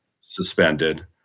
suspended